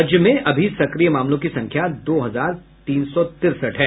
राज्य में अभी सक्रिय मामलों की संख्या दो हजार तीन सौ तिरसठ हैं